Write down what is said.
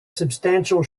substantial